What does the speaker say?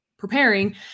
preparing